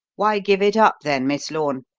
why give it up then, miss lorne?